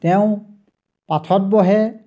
তেওঁ পাঠত বহে